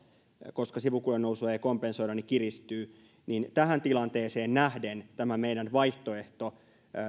koska sivukulujen nousua ei kompensoida niin tähän tilanteeseen nähden tämä meidän vaihtoehtomme